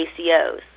ACOs